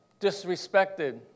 disrespected